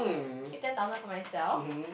keep ten thousand for myself